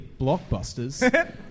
blockbusters